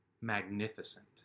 magnificent